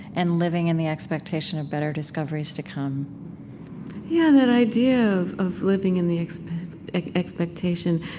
and living in the expectation of better discoveries to come yeah, that idea of of living in the expectation,